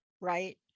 right